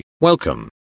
welcome